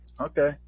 Okay